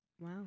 wow